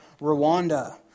Rwanda